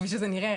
כפי שזה נראה,